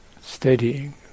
Steadying